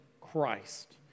Christ